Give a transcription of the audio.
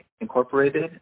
Incorporated